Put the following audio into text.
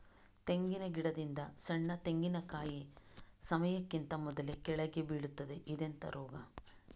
ತೆಂಗಿನ ಗಿಡದಿಂದ ಸಣ್ಣ ತೆಂಗಿನಕಾಯಿ ಸಮಯಕ್ಕಿಂತ ಮೊದಲೇ ಕೆಳಗೆ ಬೀಳುತ್ತದೆ ಇದೆಂತ ರೋಗ?